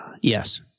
Yes